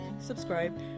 subscribe